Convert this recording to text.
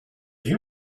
you